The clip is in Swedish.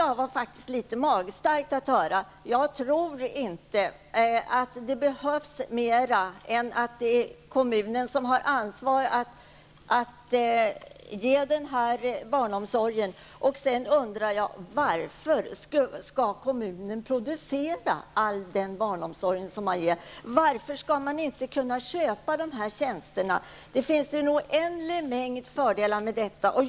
Jag tycker att det är litet magstarkt att säga det. Jag tror inte att det behövs mera än att det är kommunens ansvar att tillhandahålla denna barnomsorg. Varför skall kommunen producera all denna barnomsorg? Varför skall man inte kunna köpa dessa tjänster? Det finns en oändlig mängd fördelar med det.